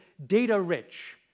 data-rich